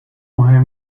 مهم